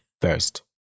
first